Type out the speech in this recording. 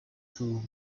drew